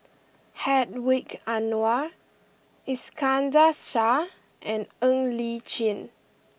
Hedwig Anuar Iskandar Shah and Ng Li Chin